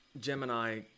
Gemini